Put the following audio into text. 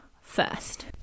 first